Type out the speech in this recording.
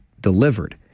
delivered